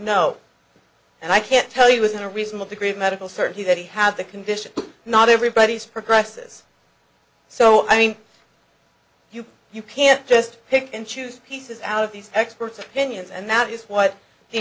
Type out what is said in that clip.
know and i can't tell you within a reasonable degree of medical certainty that he had the condition not everybody's progresses so i mean you you can't just pick and choose pieces out of these experts opinions and that is what the